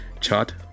Chart